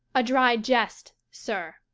a dry jest, sir.